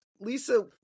Lisa